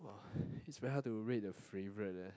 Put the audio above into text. !wah! is very hard to rate a favorite leh